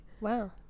Wow